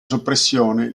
soppressione